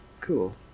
cool